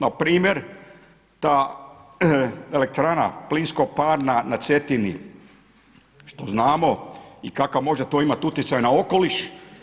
Npr. ta elektrana plinskoparna na Cetini, što znamo i kakav to može imati utjecaj na okoliš?